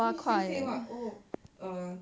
then she still say what oh err